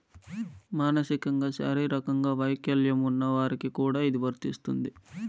మానసికంగా శారీరకంగా వైకల్యం ఉన్న వారికి కూడా ఇది వర్తిస్తుంది